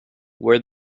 where